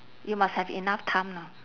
you must have enough time lah